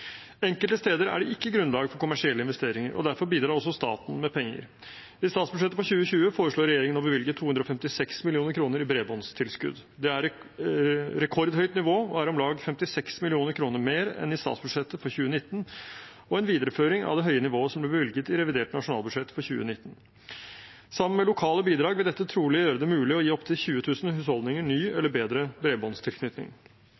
Enkelte steder er det ikke grunnlag for kommersielle investeringer, og derfor bidrar også staten med penger. I statsbudsjettet for 2020 foreslår regjeringen å bevilge 256 mill. kr i bredbåndstilskudd. Det er et rekordhøyt nivå, om lag 56 mill. kr mer enn i statsbudsjettet for 2019, og en videreføring av det høye nivået som ble bevilget i revidert nasjonalbudsjett for 2019. Sammen med lokale bidrag vil dette trolig gjøre det mulig å gi opptil 20 000 husholdninger ny